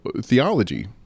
theology